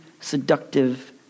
seductive